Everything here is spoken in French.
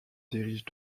dirige